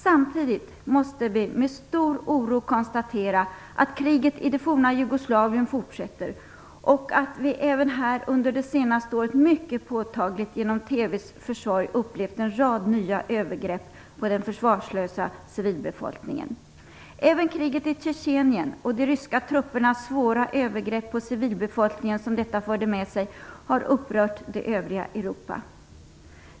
Samtidigt måste vi med stor oro konstatera att kriget i det forna Jugoslavien fortsätter. Vi har även under det senaste året mycket påtagligt genom TV:s försorg upplevt en rad nya övergrepp på den försvarslösa civilbefolkningen. Även kriget i Tjetjenien och de ryska truppernas svåra övergrepp på civilbefolkningen som detta förde med sig har upprört det övriga Europa.